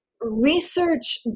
research